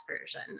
version